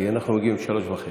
כי אנחנו מגיעים ל-03:30.